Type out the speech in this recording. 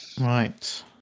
Right